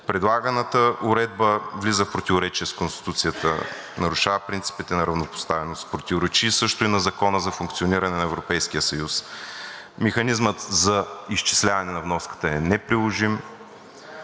предлаганата уредба влиза в противоречие с Конституцията; нарушава принципите на равнопоставеност; противоречи също и на Закона за функциониране на Европейския съюз; механизмът за изчисляване на вноската е неприложим